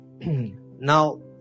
Now